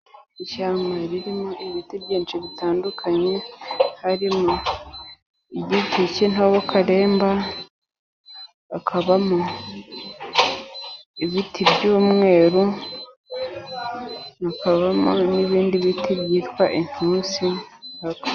Ishyamba ririmo ibiti byinshi bitandukanye, harimo igiti cy'intobo karemba ,hakabamo ibiti by'umweru ,hakabamo n'ibindi biti byitwa inturusu.